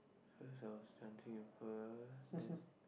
first I was dancing with her then